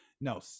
no